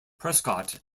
prescott